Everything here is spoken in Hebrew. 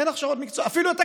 אין הכשרות מקצועיות.